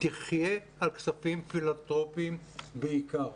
תחיה על כספים פילנתרופיים בעיקר.